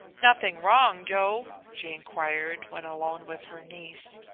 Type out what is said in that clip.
nothing wrong, joe? she inquired, when alone with her niece.